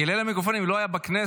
כי ליל המיקרופונים לא היה בכנסת,